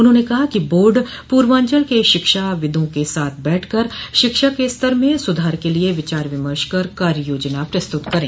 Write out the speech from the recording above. उन्होंने कहा कि बोर्ड पूर्वांचल के शिक्षाविदों के साथ बैठकर शिक्षा के स्तर में सुधार के लिए विचार विमर्श कर कार्य योजना प्रस्तुत करें